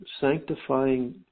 sanctifying